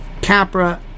Capra